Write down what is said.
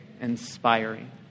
inspiring